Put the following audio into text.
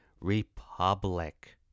Republic